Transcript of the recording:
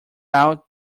out